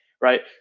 Right